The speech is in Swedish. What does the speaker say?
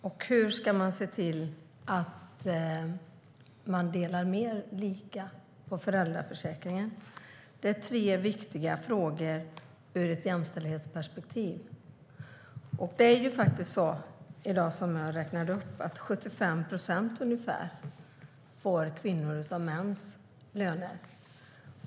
Och hur ska man se till att föräldrar delar mer lika på föräldraförsäkringen? Det är tre viktiga frågor ur ett jämställdhetsperspektiv. Som jag tidigare sa får kvinnor i dag ungefär 75 procent av mäns löner.